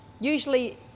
Usually